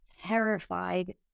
terrified